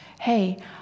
Hey